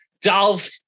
Dolph